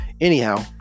Anyhow